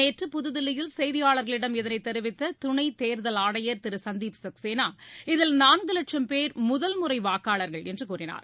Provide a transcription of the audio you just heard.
நேற்று புதுதில்லியில் செய்தியாளர்களிடம் இதணை தெரிவித்த துணைத் தேர்தல் ஆணையர் திரு சந்தீப் சக்ஷேனா இதில் நான்கு வட்சம் பேர் முதல்முறை வாக்காளர்கள் என்று கூறினார்